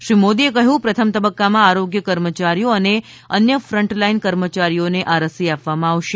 શ્રી મોદીએ કહ્યું કે પ્રથમ તબક્કામાં આરોગ્ય કર્મચારીઓ અને અન્ય ફન્ટલાઈન કર્મચારીઓને આ રસી આપવામાં આવશે